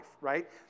right